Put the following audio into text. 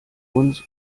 uns